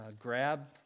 Grab